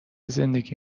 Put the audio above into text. زندگی